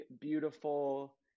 beautiful